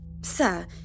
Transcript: sir